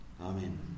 Amen